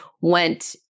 went